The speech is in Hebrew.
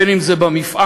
אם זה במפעל,